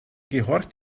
gehorcht